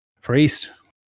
Priest